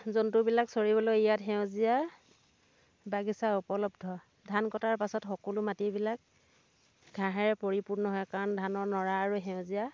জন্তুবিলাক চৰিবলৈ ইয়াত সেউজীয়া বাগিছা উপলব্ধ ধান কটাৰ পাছত সকলো মাটিবিলাক ঘাঁহেৰে পৰিপূৰ্ণ হয় কাৰণ ধানৰ নৰা আৰু সেউজীয়া